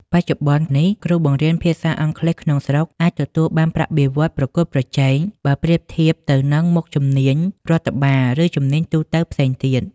បច្ចុប្បន្ននេះ គ្រូបង្រៀនភាសាអង់គ្លេសក្នុងស្រុកអាចទទួលបានប្រាក់បៀវត្សរ៍ប្រកួតប្រជែង បើប្រៀបធៀបទៅនឹងមុខជំនាញរដ្ឋបាល ឬជំនាញទូទៅផ្សេងទៀត។